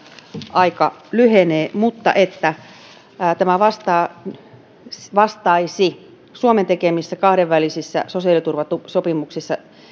aika lyhenee mutta tämä vastaisi suomen tekemissä kahdenvälisissä sosiaaliturvasopimuksissa